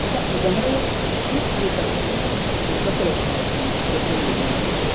आता उदाहरणं खूप देता येतील एकत्र असण्याची एकत्र येण्याची